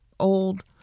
old